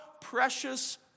precious